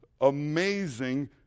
amazing